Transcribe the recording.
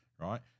right